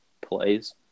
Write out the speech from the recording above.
plays